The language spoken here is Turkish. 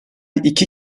iki